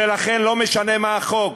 ולכן לא משנה מה החוק,